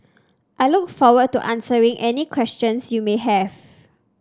I look forward to answering any questions you may have